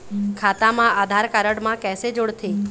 खाता मा आधार कारड मा कैसे जोड़थे?